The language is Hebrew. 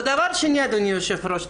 ודבר שני, אדוני היושב-ראש.